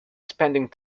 spending